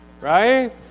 right